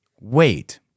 wait